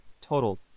total